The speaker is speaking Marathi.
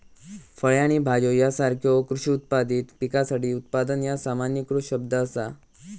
फळे आणि भाज्यो यासारख्यो कृषी उत्पादित पिकासाठी उत्पादन ह्या सामान्यीकृत शब्द असा